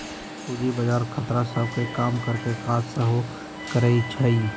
पूजी बजार खतरा सभ के कम करेकेँ काज सेहो करइ छइ